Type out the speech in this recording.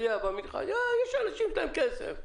אנשים שיש להם כסף.